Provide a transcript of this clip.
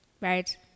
Right